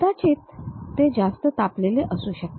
कदाचित ते जास्त तापलेले असू शकते